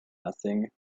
nothing